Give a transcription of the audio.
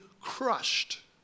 crushed